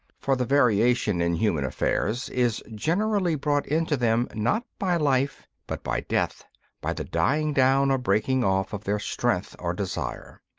for the variation in human affairs is generally brought into them, not by life, but by death by the dying down or breaking off of their strength or desire.